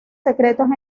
secretos